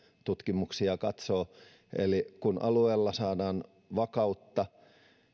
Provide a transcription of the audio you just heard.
tutkimuksia katsoo eli kun alueelle saadaan vakautta